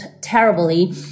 terribly